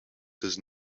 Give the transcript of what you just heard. does